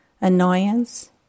annoyance